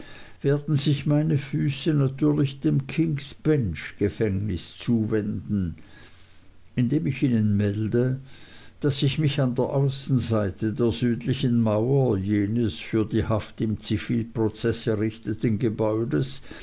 werden sich meine füße natürlich dem kingsbench gefängnis zuwenden indem ich ihnen melde daß ich mich an der außenseite der südlichen mauer jenes für die haft im zivilprozeß errichteten gebäudes